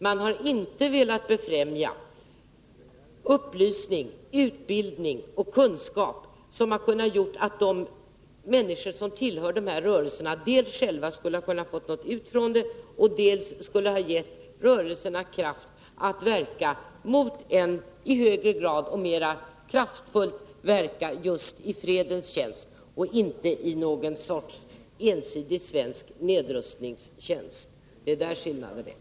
Man har inte velat befrämja upplysning, utbildning och kunskap, som dels hade kunnat göra att de människor som tillhör dessa rörelser själva skulle få något ut av det, dels hade kunnat ge rörelserna möjlighet att i högre grad och mera kraftfullt verka just i fredens tjänst — och inte i någon sorts ensidig svensk nedrustnings tjänst. Det är där skillnaden finns.